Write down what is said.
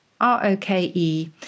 R-O-K-E